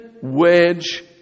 wedge